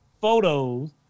photos